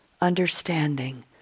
understanding